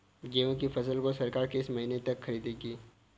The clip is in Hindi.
गेहूँ की फसल को सरकार किस महीने तक खरीदेगी?